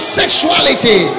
sexuality